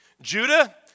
Judah